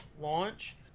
launch